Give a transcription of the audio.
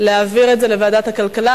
על העברה לוועדת הכלכלה.